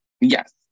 Yes